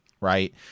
Right